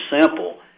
simple